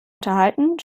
unterhalten